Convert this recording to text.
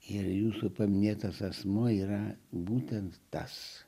ir jūsų paminėtas asmuo yra būtent tas